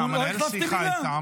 מנהל שיחה איתם,